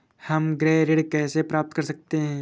हम गृह ऋण कैसे प्राप्त कर सकते हैं?